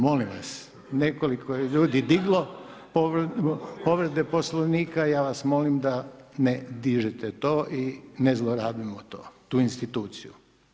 Molim vas, nekoliko ljudi je diglo povrede Poslovnika, ja vas molim da ne dižete to i ne zlorabimo tu instituciju.